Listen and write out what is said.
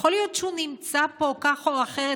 שיכול להיות שהוא נמצא פה כך או אחרת,